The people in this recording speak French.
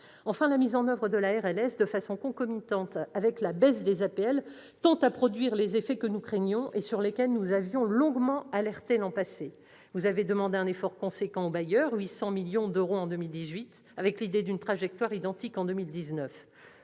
Enfin, la mise en oeuvre de la RLS, concomitamment avec la baisse des APL, tend à produire les effets que nous craignions et sur lesquels nous vous avions longuement alerté l'an passé. Vous avez demandé un effort important aux bailleurs sociaux- 800 millions d'euros en 2018 -, avec l'idée d'une trajectoire identique en 2019.